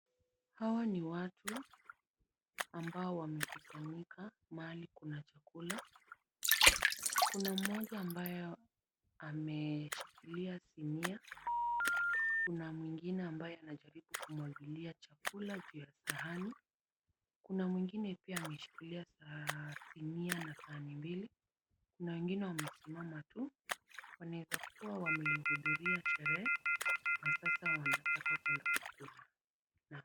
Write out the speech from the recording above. Hawa ni watu ambao wamekusanyika mahali kuna chakula. Kuna mmoja ambaye ameshikilia sinia, kuna mwingine ambaye anajaribu kumwagilia chakula juu ya sahani, kuna mwingine pia ameshikilia sinia na sahani mbili na wengine wamesimama tu, waneza kuwa wamehudhuria sherehe na sasa wanataka kwenda kukula.